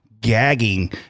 gagging